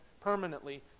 permanently